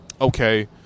Okay